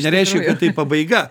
nereiškia kad tai pabaiga